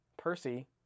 Percy